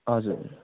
हजुर